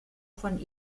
von